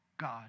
God